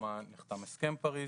שבסיומה נחתם הסכם פריז.